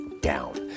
down